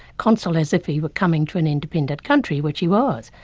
consul as if he were coming to an independent country, which he was.